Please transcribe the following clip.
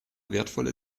wertvolle